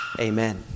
Amen